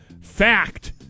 Fact